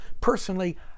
personally